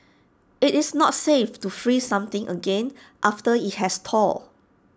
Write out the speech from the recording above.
IT is not safe to freeze something again after IT has thawed